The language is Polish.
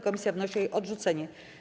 Komisja wnosi o jej odrzucenie.